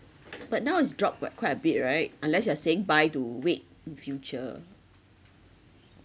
but now it's dropped [what] quite a bit right unless you are saying buy to wait in future